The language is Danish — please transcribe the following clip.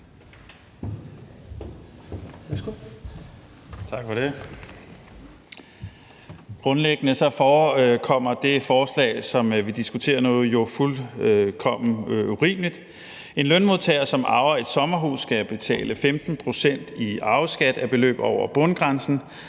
Grundlæggende forekommer det forslag, som vi diskuterer nu, jo fuldkommen urimeligt. En lønmodtager, som arver et sommerhus, skal betale 15 pct. i arveskat af beløb over bundgrænsen,